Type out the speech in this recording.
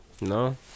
No